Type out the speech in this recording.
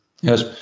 Yes